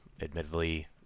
admittedly